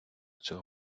цього